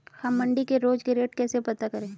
हम मंडी के रोज के रेट कैसे पता करें?